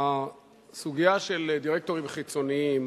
הסוגיה של דירקטורים חיצוניים